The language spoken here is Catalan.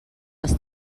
els